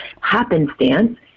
happenstance